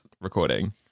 recording